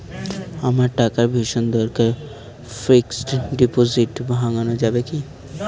আমার টাকার ভীষণ দরকার ফিক্সট ডিপোজিট ভাঙ্গানো যাবে কি?